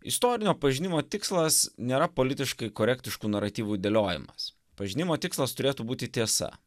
istorinio pažinimo tikslas nėra politiškai korektiškų naratyvų dėliojimas pažinimo tikslas turėtų būti tiesa